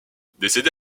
décédé